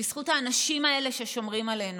בזכות האנשים האלה ששומרים עלינו.